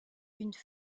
une